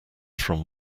from